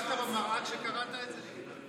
הסתכלת במראה כשקראת את זה?